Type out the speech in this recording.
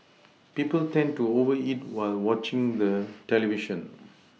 people tend to over eat while watching the television